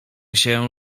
się